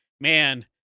man